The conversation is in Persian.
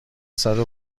صدو